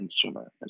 consumer